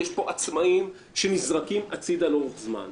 יש פה עצמאים שנזרקים הצידה לאורך זמן.